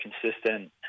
consistent